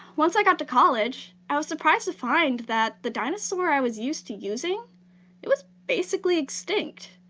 once i got to college, i was surprised to find that the dinosaur i was used to using it was basically extinct.